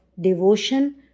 devotion